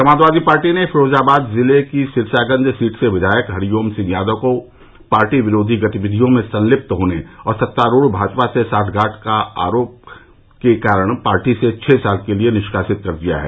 Samajwadi party ने फिरोजाबाद ज़िले की सिरसागंज सीट से विधायक हरिओम सिंह यादव को पार्टी विरोधी गतिविधियों में संलिप्त होने और सत्तारूढ़ भाजपा से सांठगांठ करने के आरोप में पार्टी से छह साल के लिये निष्कासित कर दिया है